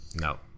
No